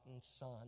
son